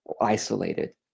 isolated